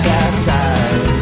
outside